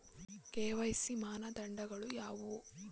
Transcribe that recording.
KYC ಮಾನದಂಡಗಳು ಯಾವುವು?